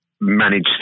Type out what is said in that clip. manage